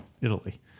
Italy